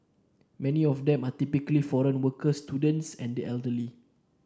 many of them are typically foreign workers students and the elderly